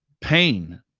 pain